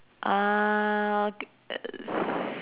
uh uh